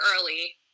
early